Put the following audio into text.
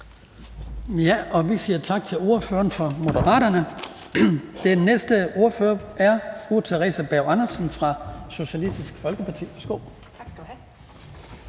Vi siger tak til ordføreren fra Moderaterne. Den næste ordfører er fru Theresa Berg Andersen fra Socialistisk Folkeparti. Værsgo. Kl.